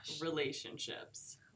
relationships